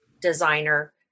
designer